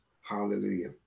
Hallelujah